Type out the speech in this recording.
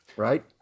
right